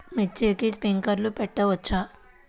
మిర్చికి స్ప్రింక్లర్లు పెట్టవచ్చా?